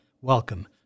welcome